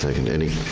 second, any,